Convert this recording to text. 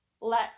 let